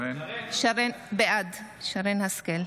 שרן השכל,